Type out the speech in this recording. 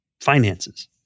finances